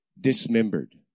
dismembered